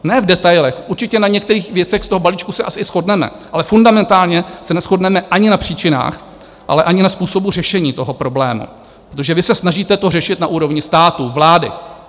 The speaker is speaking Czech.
Ne v detailech určitě na některých věcech z toho balíčku se asi shodneme ale fundamentálně se neshodneme ani na příčinách, ani na způsobu řešení toho problému, protože vy se snažíte to řešit na úrovni státu, vlády.